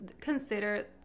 consider